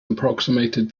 approximated